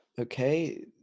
okay